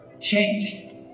changed